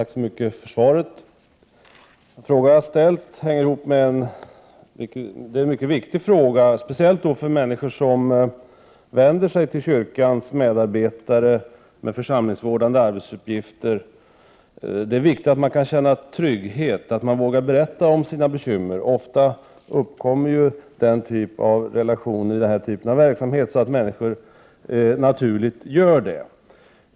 Herr talman! Tack så mycket för svaret. Den fråga jag ställt är mycket viktig, speciellt för människor som vänder sig till kyrkans medarbetare med församlingsvårdande arbetsuppgifter. Det är viktigt att man kan känna trygghet, att man vågar berätta om sina bekymmer. Ofta uppkommer den sortens relationer i den här typen av verksamhet att människor naturligt gör det.